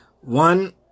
one